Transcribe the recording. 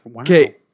Okay